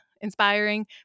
inspiring